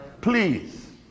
please